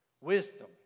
Wisdom